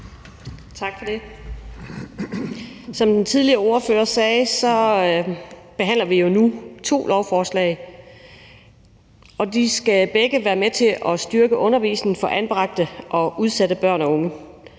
Som den tidligere ordfører også sagde, behandler vi jo nu to lovforslag, som begge skal være med til at styrke undervisningen for anbragte og udsatte børn og unge.